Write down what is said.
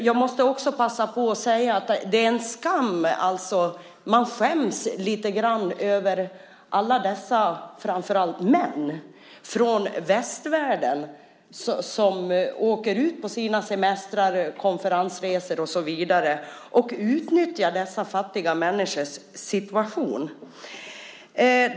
Jag måste också passa på och säga att det är en skam, man skäms lite grann över alla dem, framför allt män, från västvärlden som åker ut på sina semestrar, konferensresor och så vidare och utnyttjar dessa fattiga människors situation.